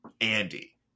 Andy